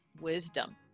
wisdom